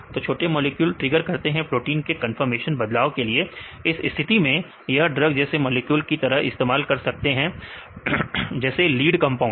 तो छोटे molecule trigger करते हैं प्रोटीन में कन्फर्मेशन बदलाव के लिए इस स्थिति में यह ड्रग जैसे मॉलिक्यूल की तरह इस्तेमाल हो सकते हैं जैसे लीड कंपाउंड